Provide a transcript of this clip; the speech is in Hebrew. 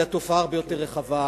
הרי זו תופעה הרבה יותר רחבה.